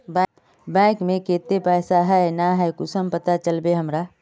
Bank में केते पैसा है ना है कुंसम पता चलते हमरा?